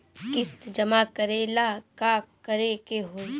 किस्त जमा करे ला का करे के होई?